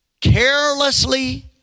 carelessly